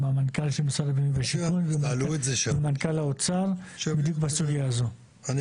עם מנכ"ל המשרד לבינוי ושיכון ועם מנכ"ל האוצר בסוגיה הזאת בדיוק.